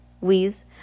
wheeze